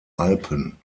alpen